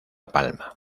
palma